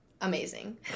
amazing